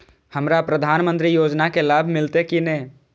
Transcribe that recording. हमरा प्रधानमंत्री योजना के लाभ मिलते की ने?